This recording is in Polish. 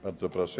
Bardzo proszę.